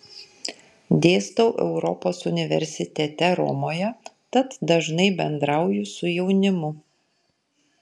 dėstau europos universitete romoje tad dažnai bendrauju su jaunimu